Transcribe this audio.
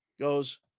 goes